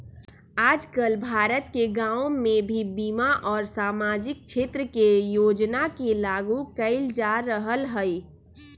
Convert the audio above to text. आजकल भारत के गांव में भी बीमा और सामाजिक क्षेत्र के योजना के लागू कइल जा रहल हई